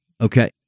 Okay